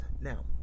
Now